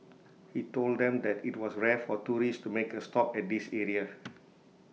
he told them that IT was rare for tourists to make A stop at this area